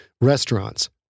restaurants